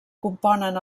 componen